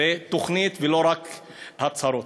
בתוכנית, לא רק בהצהרות.